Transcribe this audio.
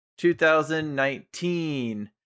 2019